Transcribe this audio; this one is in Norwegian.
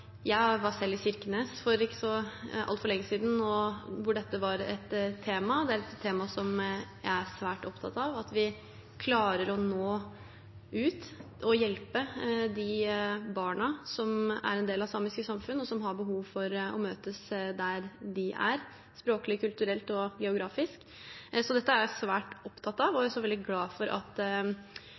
Jeg var selv i Kirkenes for ikke så altfor lenge siden, og dette var et tema. Det er et tema som jeg er svært opptatt av – at vi klarer å nå ut og hjelpe de barna som er en del av samiske samfunn, og som har behov for å møtes der de er språklig, kulturelt og geografisk. Så dette er jeg svært opptatt av. Jeg er også veldig glad for at